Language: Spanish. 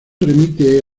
remite